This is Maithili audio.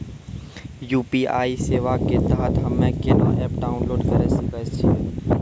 यु.पी.आई सेवा के तहत हम्मे केना एप्प डाउनलोड करे सकय छियै?